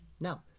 No